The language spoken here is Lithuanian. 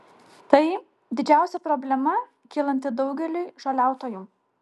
tai didžiausia problema kylanti daugeliui žoliautojų